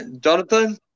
Jonathan